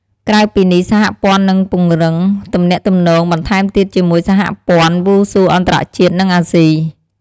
ក្រៅពីនេះសហព័ន្ធនឹងពង្រឹងទំនាក់ទំនងបន្ថែមទៀតជាមួយសហព័ន្ធវ៉ូស៊ូអន្តរជាតិ និងអាស៊ី។